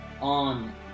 on